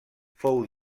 fou